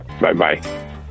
bye-bye